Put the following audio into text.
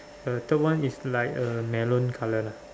the third one is like a melon colour lah